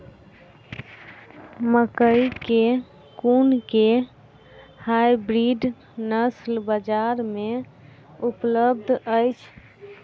मकई केँ कुन केँ हाइब्रिड नस्ल बजार मे उपलब्ध अछि?